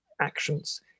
actions